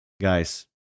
guys